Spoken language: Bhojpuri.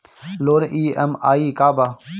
लोन ई.एम.आई का बा?